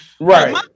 right